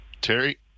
terry